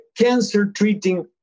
cancer-treating